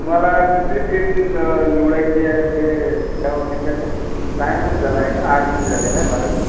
तुम्हाला कुठली फिल्ड निवडायची आहे ते त्यावर डिपेन्ड आहे सायन्समधे झालाय का आर्टमधे झालेला आहे बारावी